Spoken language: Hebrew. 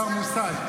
חסר מושג,